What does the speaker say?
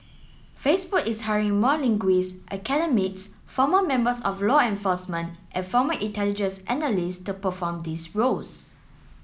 Facebook is hiring more linguists academics former members of law enforcement and former intelligence analyst to perform these roles